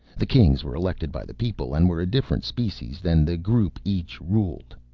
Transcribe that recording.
the kings were elected by the people and were a different species than the group each ruled.